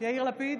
יאיר לפיד,